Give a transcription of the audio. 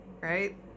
right